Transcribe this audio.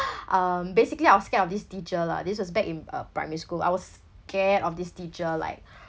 um basically I was scared of this teacher lah this was back in uh primary school I was scared of this teacher like